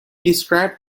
described